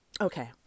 Okay